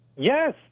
Yes